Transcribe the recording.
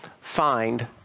find